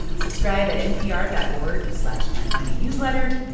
subscribe at npr dot org slash planetmoneynewsletter.